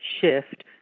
shift